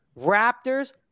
Raptors